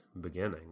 beginning